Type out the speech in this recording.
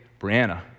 Brianna